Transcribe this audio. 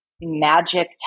magic